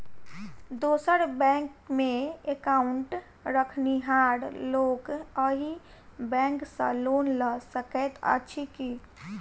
दोसर बैंकमे एकाउन्ट रखनिहार लोक अहि बैंक सँ लोन लऽ सकैत अछि की?